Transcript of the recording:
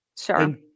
Sure